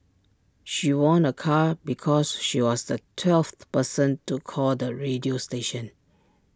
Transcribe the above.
she won A car because she was the twelfth person to call the radio station